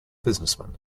businessman